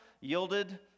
yielded